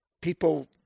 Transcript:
people